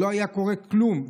לא היה קורה כלום,